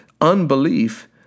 unbelief